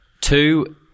Two